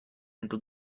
into